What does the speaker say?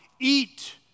eat